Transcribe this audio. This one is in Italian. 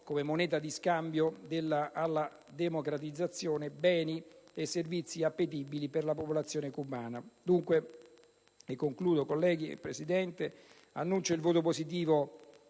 come moneta di scambio per la democratizzazione, beni e servizi appetibili per la popolazione cubana. Dunque, concludendo, signor Presidente, annunci il voto positivo